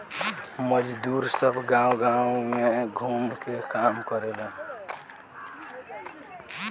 मजदुर सब गांव गाव घूम के काम करेलेन